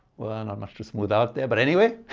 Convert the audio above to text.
not much to smooth out there but anyway.